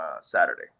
Saturday